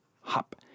hop